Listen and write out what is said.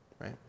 right